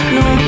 no